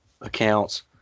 accounts